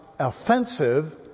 Offensive